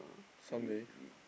some day